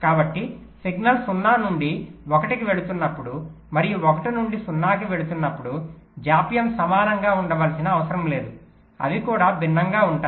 కాబట్టి సిగ్నల్ 0 నుండి 1 కి వెళుతున్నప్పుడు మరియు 1 నుండి 0 కి వెళ్ళేటప్పుడు జాప్యం సమానంగా ఉండవలసిన అవసరం లేదు అవి కూడా భిన్నంగా ఉంటాయి